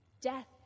Death